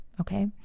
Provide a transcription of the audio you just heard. Okay